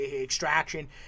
extraction